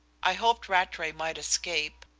i hoped rattray might escape,